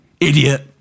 Idiot